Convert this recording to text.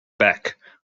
back